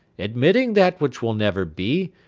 admitting that which will never be,